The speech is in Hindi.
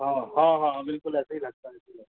हँ हाँ हाँ हाँ बिल्कुल ऐसा ही लगता है ऐसा ही लगता